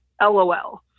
LOL